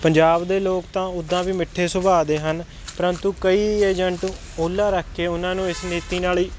ਪੰਜਾਬ ਦੇ ਲੋਕ ਤਾਂ ਉੱਦਾਂ ਵੀ ਮਿੱਠੇ ਸੁਭਾਅ ਦੇ ਹਨ ਪ੍ਰੰਤੂ ਕਈ ਏਜਂਟ ਓਹਲਾ ਉਹਨਾਂ ਰੱਖ ਕੇ ਉਹਨਾਂ ਨੂੰ ਇਸ ਨੀਤੀ ਨਾਲ ਹੀ